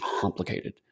complicated